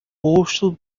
rosto